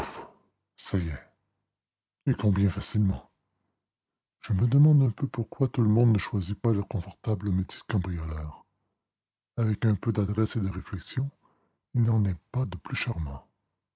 ça y est et combien facilement je me demande un peu pourquoi tout le monde ne choisit pas le confortable métier de cambrioleur avec un peu d'adresse et de réflexion il n'en est pas de plus charmant